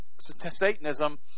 Satanism